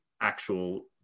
actual